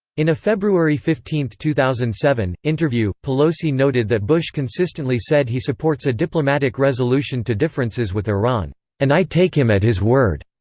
in a february fifteen, two thousand and seven, interview, pelosi noted that bush consistently said he supports a diplomatic resolution to differences with iran and i take him at his word.